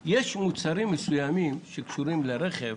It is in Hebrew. יש מוצרים מסוימים שקשורים לרכב